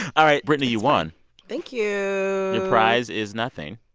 all right, brittany, you won thank you your prize is nothing.